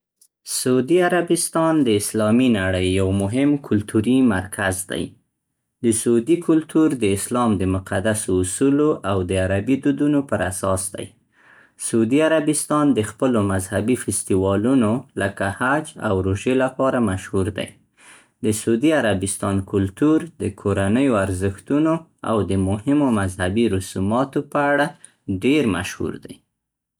سعودي عربستان د اسلامي نړۍ یو مهم کلتوري مرکز دی. د سعودي کلتور د اسلام د مقدسو اصولو او د عربي دودونو پراساس دی. سعودي عربستان د خپلو مذهبي فستیوالونو لکه حج او روژې لپاره مشهور دی. د سعودي عربستان کلتور د کورنيو ارزښتونو او د مهمو مذهبي رسوماتو په اړه ډیر مشهور دی.